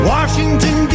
Washington